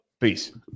Peace